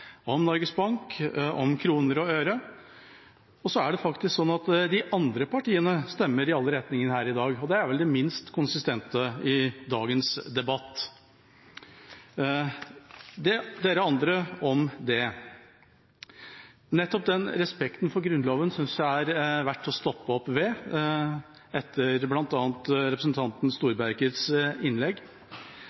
om Norges Bank, om kroner og øre. Det er faktisk slik at de andre partiene stemmer i alle retninger her i dag, og det er vel det minst konsistente i dagens debatt – dere andre om det. Nettopp respekten for Grunnloven synes jeg det er verdt å stoppe opp ved, etter bl.a. representanten Storbergets innlegg.